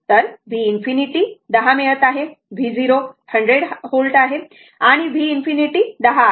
तर v ∞ 10 मिळत आहे v0 100 आणि v ∞ 10 आहे